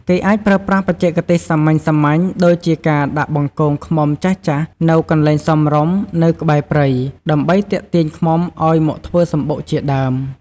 គេអាចប្រើប្រាស់បច្ចេកទេសសាមញ្ញៗ ដូចជាការដាក់បង្គងឃ្មុំចាស់ៗនៅកន្លែងសមរម្យនៅក្បែរព្រៃ ដើម្បីទាក់ទាញឃ្មុំឲ្យមកធ្វើសំបុកជាដើម។